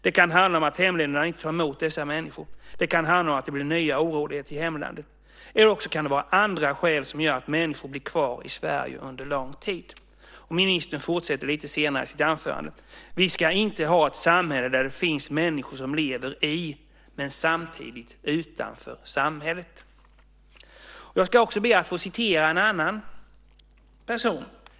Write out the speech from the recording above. Det kan handla om att hemländerna inte tar emot dessa människor. Det kan handla om att det blir nya oroligheter i hemlandet, eller det kan vara andra skäl som gör att människor blir kvar i Sverige under väldigt lång tid." Ministern fortsätter lite senare i sitt anförande: "Vi ska inte ha ett samhälle där det finns människor som lever i men samtidigt utanför samhället." Jag ska också be att få citera en annan person.